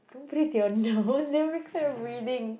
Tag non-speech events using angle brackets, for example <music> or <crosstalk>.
don't put it to your <laughs> nose they'll record your breathing